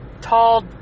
tall